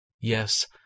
Yes